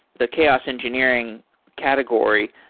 the chaos engineering category,